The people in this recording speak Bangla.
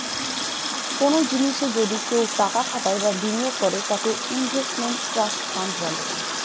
কোনো জিনিসে যদি কেউ টাকা খাটায় বা বিনিয়োগ করে তাকে ইনভেস্টমেন্ট ট্রাস্ট ফান্ড বলে